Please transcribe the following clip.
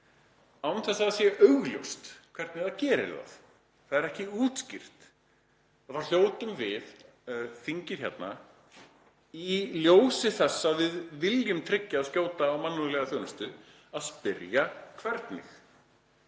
án þess að það sé augljóst hvernig það gerir það, það er ekki útskýrt, þá hljótum við, þingið hérna, í ljósi þess að við viljum tryggja skjóta og mannúðlega þjónustu, að spyrja hvernig.